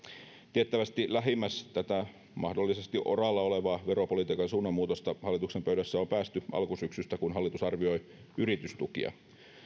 tiettävästi lähimmäs tätä mahdollisesti oraalla olevaa veropolitiikan suunnanmuutosta hallituksen pöydässä on päästy alkusyksystä kun hallitus arvioi yritystukia